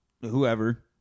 whoever